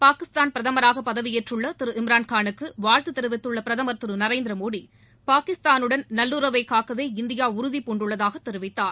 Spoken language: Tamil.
பாகிஸ்தான் பிரதமராக பதவியேற்றுள்ள திரு இம்ரான்காலுக்கு வாழ்த்து தெரிவித்துள்ள பிரதமர் நரேந்திரமோடி பாகிஸ்தானுடன் நல்லுறவை காக்கவே இந்தியா உறுதிபூண்டுள்ளதாக திரு தெரிவித்தார்